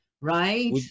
Right